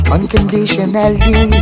Unconditionally